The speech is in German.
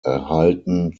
erhalten